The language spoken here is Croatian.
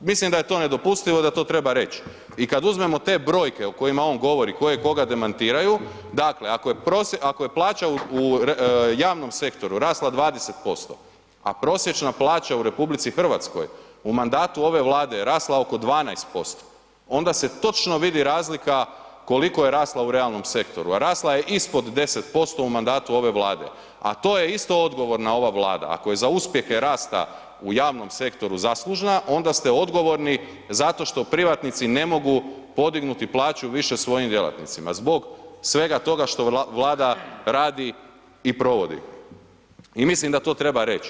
Mislim da je to nedopustivo, da to treba reć i kad uzmemo te brojke o kojima on govori koje koga demantiraju, dakle ako je plaća u javnom sektoru rasla 20%, a prosječna plaća u RH u mandatu ove Vlade je rasla oko 12% onda se točno vidi razlika koliko je rasla u realnom sektoru, a rasla je ispod 10% u mandatu ove Vlade, a to je isto odgovorna ova Vlada, ako je za uspjehe rasta u javnom sektoru zaslužna onda ste odgovorni zato što privatnici ne mogu podignuti plaću više svojim djelatnicima zbog svega toga što Vlada radi i provodi i mislim da to treba reć.